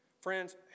Friends